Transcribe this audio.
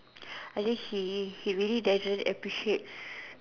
I think he he really doesn't appreciate